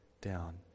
down